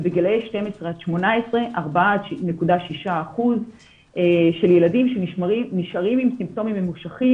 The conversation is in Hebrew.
ובגילאי 18-12 4.6% של ילדים שנשארים עם סימפטומים ממושכים.